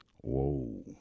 Whoa